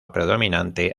predominante